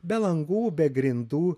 be langų be grindų